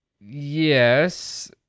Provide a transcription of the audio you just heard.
yes